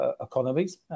economies